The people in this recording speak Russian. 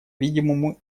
видимому